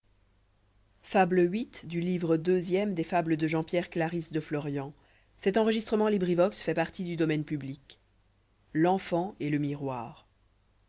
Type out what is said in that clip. des de l'enfant et le miroir